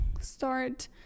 start